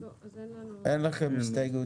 אין לכם הסתייגות.